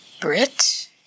Brit